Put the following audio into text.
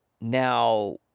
Now